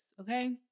okay